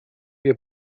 wir